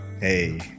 hey